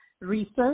Research